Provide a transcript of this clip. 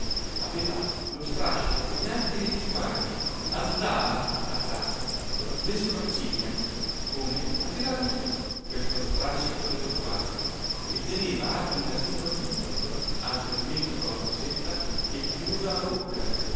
aveva lo strascico finanche negli sguardi alzava a tratti le sopracciglia come a tirarlo su questo strascico dello sguardo e teneva alto il nasino ardito alto il mento con la fossetta e chiusa la bocca